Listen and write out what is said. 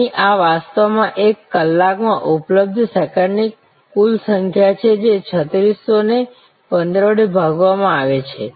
અહીં આ વાસ્તવમાં એક કલાકમાં ઉપલબ્ધ સેકન્ડની કુલ સંખ્યા છે જે 3600 ને 15 વડે ભાગવામાં આવે છે